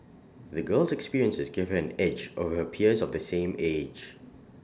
the girl's experiences gave her an edge over her peers of the same age